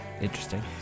interesting